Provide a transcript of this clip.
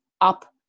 up